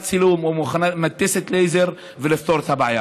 צילום או מדפסת לייזר כדי לפתור את הבעיה.